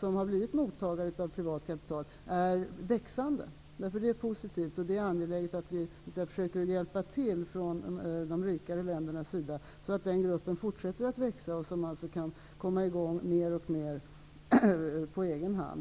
som har blivit mottagare av privat kapital är växande. Det är positivt, och det är angeläget att vi i de rikare länderna försöker hjälpa till, så att den gruppen fortsätter att växa och så att dessa länder kan komma i gång mer och mer på egen hand.